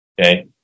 Okay